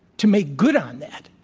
to make good on that.